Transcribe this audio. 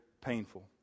painful